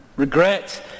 Regret